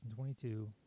2022